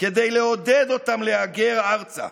כדי לעודד אותם להגר ארצה.